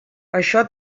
això